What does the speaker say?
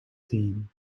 theme